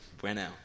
Bueno